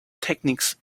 techniques